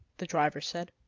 the driver said.